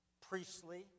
priestly